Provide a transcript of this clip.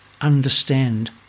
understand